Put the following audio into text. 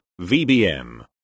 VBM